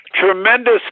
tremendous